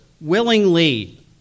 willingly